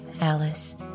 Alice